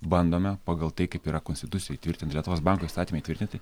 bandome pagal tai kaip yra konstitucijoj įtvirtint lietuvos banko įstatyme įtvirtinti